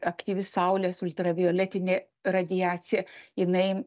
aktyvi saulės ultravioletinė radiacija jinai